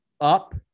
Up